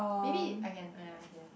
maybe I can uh ya